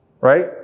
Right